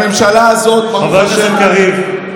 חבר הכנסת קריב.